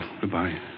Goodbye